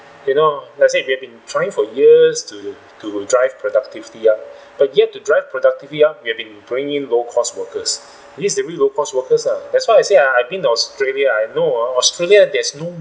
you know let's say we have been trying for years to to drive productivity uh but yet to drive productivity ya we have been bringing in low-cost workers is this they use low-cost workers ah that's why I say ah I've been to australia ah I know uh australia there's no